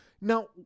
Now